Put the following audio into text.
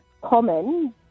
common